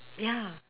ya